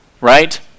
right